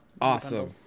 Awesome